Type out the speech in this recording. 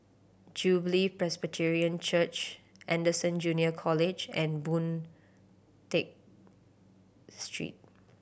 Jubilee Presbyterian Church Anderson Junior College and Boon Tat Street